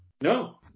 No